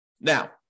Now